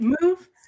Move